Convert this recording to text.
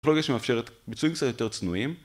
פרוגה שמאפשרת ביצועים קצת יותר צנועים